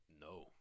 No